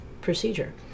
procedure